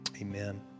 amen